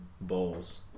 bowls